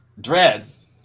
dreads